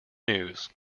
news